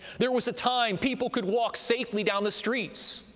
there was a time people could walk safely down the streets,